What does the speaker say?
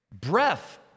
breath